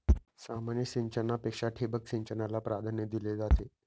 सामान्य सिंचनापेक्षा ठिबक सिंचनाला प्राधान्य दिले जाते